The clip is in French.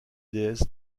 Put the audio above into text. déesse